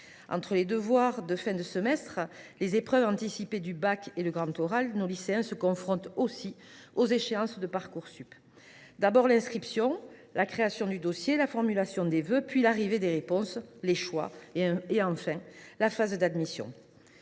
En plus des devoirs de fin de semestre, des épreuves anticipées du baccalauréat et du grand oral, nos lycéens sont confrontés aux échéances de Parcoursup : il y a tout d’abord l’inscription, la création du dossier et la formulation des vœux, puis l’arrivée des réponses, les choix et, enfin, la phase d’admission.